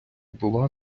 була